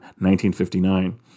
1959